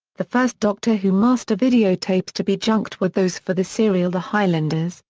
the first doctor who master videotapes to be junked were those for the serial the highlanders,